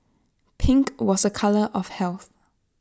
pink was A colour of health